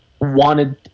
wanted